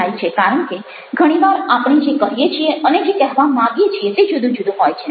કારણ કે ઘણી વાર આપણે જે કહીએ છીએ અને જે કહેવા માંગીએ છીએ તે જુદું જુદું હોય છે